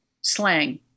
slang